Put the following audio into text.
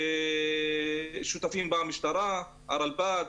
ששותפים בה המשטרה, הרלב"ד,